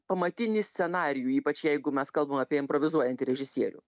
pamatinį scenarijų ypač jeigu mes kalbam apie improvizuojantį režisierių